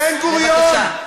אז בבקשה.